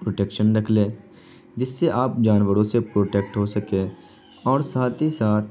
protection رکھ لیں جس سے آپ جانوروں سے پروٹیکٹ ہو سکیں اور ساتھ ہی ساتھ